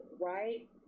right